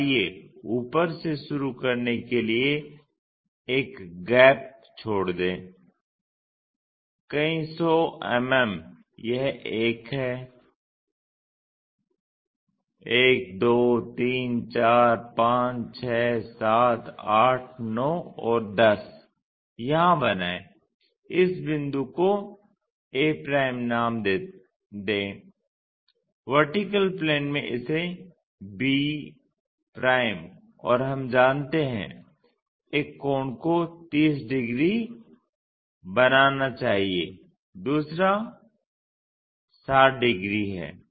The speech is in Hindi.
तो आइए ऊपर से शुरू करने के लिए एक गैप छोड़ दें कहीं 100 mm यह एक है 1 2 3 4 5 6 7 8 9 और 10 यहां बनायें इस बिंदु को a नाम दें VP में इसे b और हम जानते हैं एक कोण को 30 डिग्री बनाना चाहिए दूसरा 60 डिग्री है